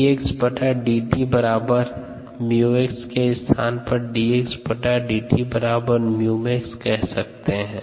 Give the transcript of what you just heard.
If S≫KS then mSKSSmSSm dxdt बराबर 𝜇x के स्थान पर dxdt बराबर 𝜇 mx कह सकते हैं